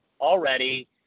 already